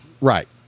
Right